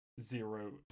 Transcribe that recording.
zero